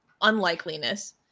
unlikeliness